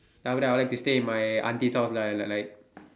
then after that I will like to stay in my auntie's house lah like like